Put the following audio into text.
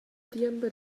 diember